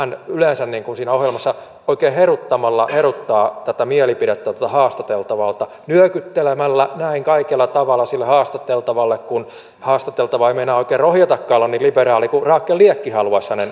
hän yleensä siinä ohjelmassa oikein heruttamalla heruttaa tätä mielipidettä haastateltavalta nyökyttelemällä kaikella tavalla sille haastateltavalle kun haastateltava ei meinaa oikein rohjetakaan olla niin liberaali kuin rakel liekki haluaisi hänen olevan